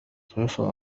سيصل